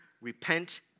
Repent